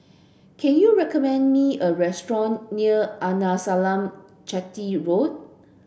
can you recommend me a restaurant near Arnasalam Chetty Road